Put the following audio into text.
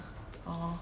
orh